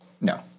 No